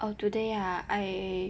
oh today ah I